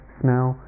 smell